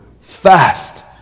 fast